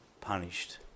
punished